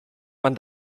man